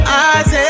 eyes